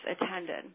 attended